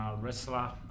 wrestler